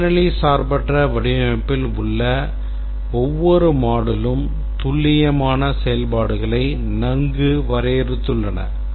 functionally சார்பற்ற வடிவமைப்பில் உள்ள ஒவ்வொரு moduleம் துல்லியமான செயல்பாடுகளை நன்கு வரையறுத்துள்ளன